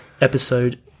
episode